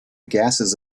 gases